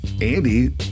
Andy